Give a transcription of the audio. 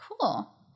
Cool